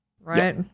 right